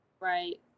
Right